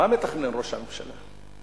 מה מתכנן ראש הממשלה?